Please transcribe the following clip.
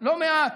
לא מעט.